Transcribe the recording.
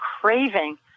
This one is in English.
craving